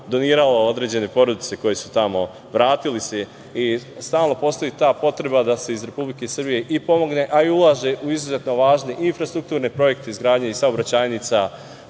doniralo određene porodice koje su se tamo vratile. Stalno postoji ta potreba da se iz Republike Srbije i pomogne, ali i ulaže u izuzetno važne infrastrukturne projekte izgradnje saobraćajnica.